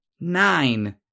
nine